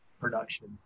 production